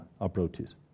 approaches